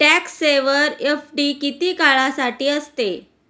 Tax saver FD किती काळासाठी असते?